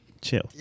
Chill